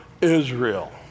Israel